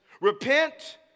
repent